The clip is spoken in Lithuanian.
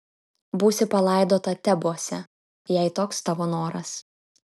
būsi palaidota tebuose jei toks tavo noras